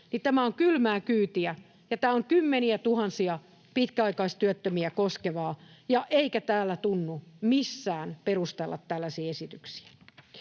tämä on kylmää kyytiä. Tämä on kymmeniätuhansia pitkäaikaistyöttömiä koskeva, eikä täällä tunnu missään perustella tällaisia esityksiä.